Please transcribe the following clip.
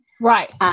Right